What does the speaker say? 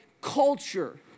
culture